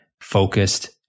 focused